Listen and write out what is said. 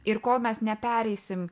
ir kol mes nepereisim